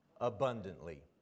abundantly